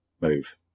move